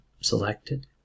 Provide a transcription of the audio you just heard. selected